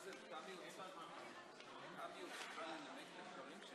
זו קהילה חמה, תוססת, גאה ביהדותה וגאה בקנדה.